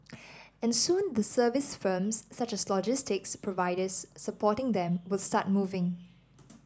and soon the service firms such as logistics providers supporting them will start moving